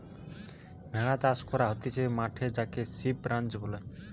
ভেড়া চাষ করা হতিছে মাঠে যাকে সিপ রাঞ্চ বলতিছে